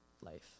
life